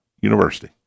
university